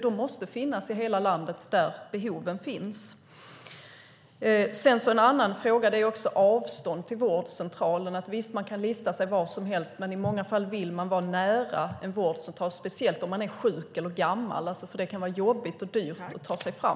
De måste finnas i hela landet, där behoven finns. En annan fråga är avstånd till vårdcentralen. Visst kan man lista sig var som helst, men i många fall vill man vara nära en vårdcentral - speciellt om man är sjuk eller gammal, för det kan vara jobbigt och dyrt att ta sig fram.